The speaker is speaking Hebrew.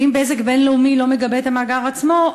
ואם "בזק בינלאומי" לא מגבה את המאגר עצמו,